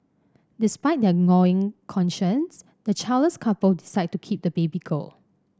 despite their gnawing conscience the childless couple decide to keep the baby girl